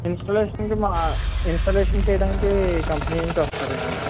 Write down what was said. installation కి మా installation చెయ్యడానికి కంపెనీ నుంచి వస్తాడండి